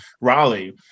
Raleigh